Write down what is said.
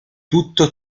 tutto